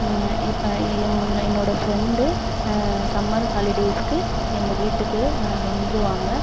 இப்போ என்னோட friend summer ஹாலிடேஸ்க்கு எங்கள் வீட்டுக்கு வந்துருவாங்க